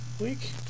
week